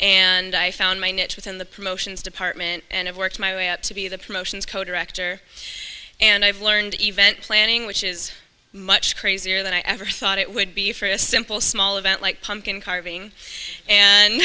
and i found my niche within the promotions department and it worked my way up to be the promotions co director and i've learned event planning which is much crazier than i ever thought it would be for a simple small event like pumpkin carving and